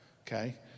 Okay